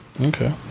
Okay